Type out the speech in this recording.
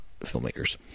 filmmakers